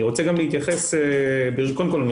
קודם כל,